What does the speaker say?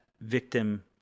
victim